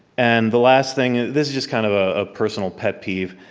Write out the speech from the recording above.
and the last thing, this is just kind of a ah personal pet peeve.